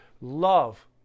Love